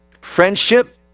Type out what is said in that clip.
friendship